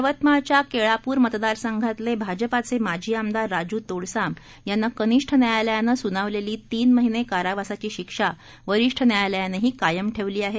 यवतमाळच्याकेळाप्रमतदारसंघातलेभाजपाचेमाजीआमदारराज्तोडसामयांनाकनिष्ठ न्यायालयानेस्नावलेलीतीनमहिनेकारावासाचीशिक्षावरिष्ठन्यायालयानेहीकायमठेवलीआहे